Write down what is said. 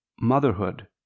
motherhood